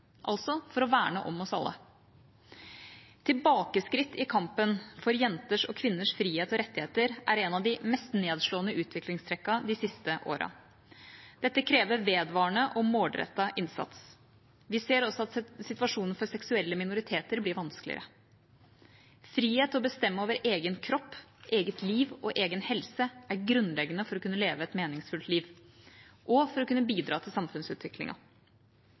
altså for å verne om oss alle. Tilbakeskritt i kampen for jenters og kvinners frihet og rettigheter er et av de mest nedslående utviklingstrekkene de siste årene. Dette krever vedvarende og målrettet innsats. Vi ser også at situasjonen for seksuelle minoriteter blir vanskeligere. Frihet til å bestemme over egen kropp, eget liv og egen helse er grunnleggende for å kunne leve et meningsfullt liv og for å kunne bidra til